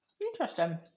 Interesting